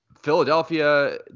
Philadelphia